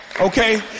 okay